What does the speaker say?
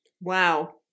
Wow